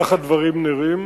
כך הדברים נראים,